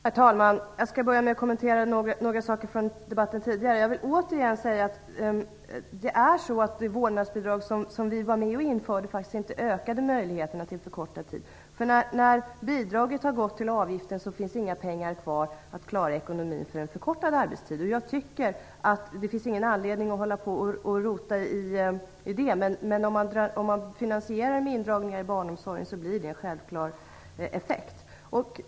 Herr talman! Jag skall börja med att kommentera några saker från debatten. Jag vill återigen säga att det vårdnadsbidrag som vi var med och införde faktiskt inte ökade möjligheterna till förkortad arbetstid. När bidraget hade gått till avgiften fanns inga pengar kvar att klara kostnaden för en förkortad arbetstid. Det finns ingen anledning att rota i det, men om man finansierar med indragningar i barnomsorgen blir det en självklar effekt.